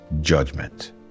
judgment